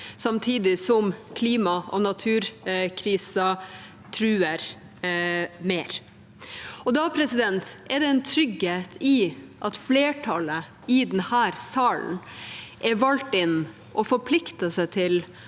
samtidig som klima- og naturkrisen truer mer. Da er det en trygghet i at flertallet i denne salen er valgt inn for og forplikter seg til